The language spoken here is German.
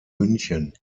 münchen